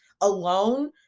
alone